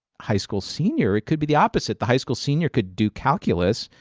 high school senior? it could be the opposite. the high school senior could do calculus,